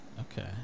Okay